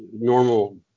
normal